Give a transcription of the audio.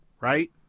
right